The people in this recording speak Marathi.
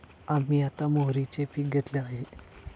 आम्ही आता मोहरीचे पीक घेतले आहे